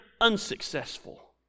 unsuccessful